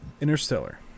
Interstellar